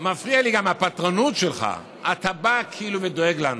מפריעה לי גם הפטרונות שלך: אתה בא כאילו ודואג לנו.